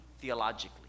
theologically